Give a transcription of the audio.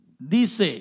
Dice